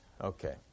Okay